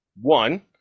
one